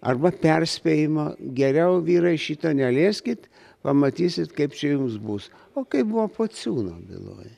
arba perspėjimo geriau vyrai šito nelieskit pamatysit kaip čia jums bus o kaip buvo pociūno byloj